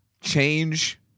change